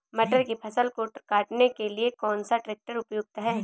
मटर की फसल को काटने के लिए कौन सा ट्रैक्टर उपयुक्त है?